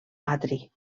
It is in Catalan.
atri